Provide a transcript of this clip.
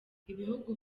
ibihugu